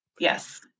Yes